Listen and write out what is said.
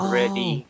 ready